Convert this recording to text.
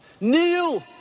Kneel